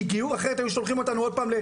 אחרת היו שולחים אותנו עוד פעם.